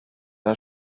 der